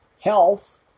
health